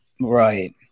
Right